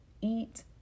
eat